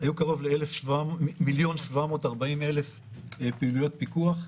היו קרוב ל-1,740,000 פעילויות פיקוח.